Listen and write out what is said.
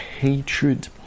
hatred